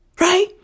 Right